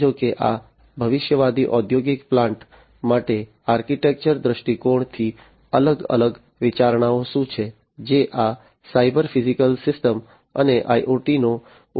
સમજો કે આ ભવિષ્યવાદી ઔદ્યોગિક પ્લાન્ટ માટે આર્કિટેક્ચરલ દૃષ્ટિકોણથી અલગ અલગ વિચારણાઓ શું છે જે આ સાયબર ફિઝિકલ સિસ્ટમ્સ અને IoTનો ઉપયોગ કરે છે